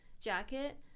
jacket